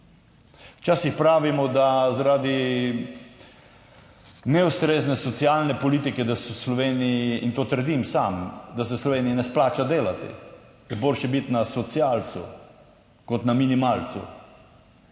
Včasih pravimo, da zaradi neustrezne socialne politike da se v Sloveniji, in to trdim sam, da se v Sloveniji ne splača delati, je boljše biti na socialcu kot na minimalcu.